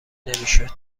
نمیشد